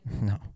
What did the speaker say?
No